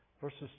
verses